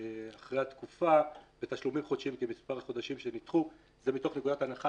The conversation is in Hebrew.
אחרי התקופה "בתשלומים חודשיים כמספר החודשים שנדחו" זה מתוך נקודת הנחה